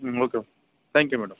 okay madam thank you madam